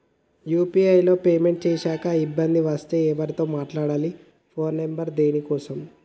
UPI లో payment చేశాక ఇబ్బంది వస్తే ఎవరితో మాట్లాడాలి? ఫోన్ నంబర్ ఉందా దీనికోసం?